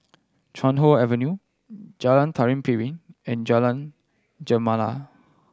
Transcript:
Chuan Hoe Avenue Jalan Tari Piring and Jalan Gemala